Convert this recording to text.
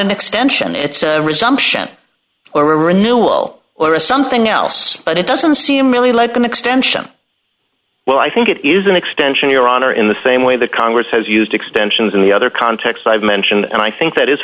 an extension it's a resumption or renewal or a something else but it doesn't seem really like an extension well i think it is an extension your honor in the same way the congress has used extensions in the other contexts i've mentioned and i think that is